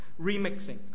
remixing